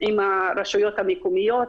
עם הרשויות המקומיות,